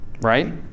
Right